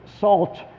salt